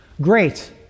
great